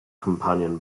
companion